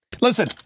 Listen